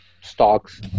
stocks